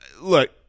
Look